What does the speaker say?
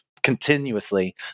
continuously